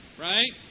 Right